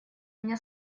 меня